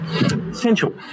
essential